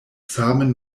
same